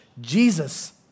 Jesus